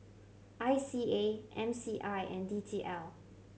I C A M C I and D T L